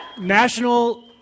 national